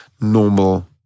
normal